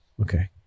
Okay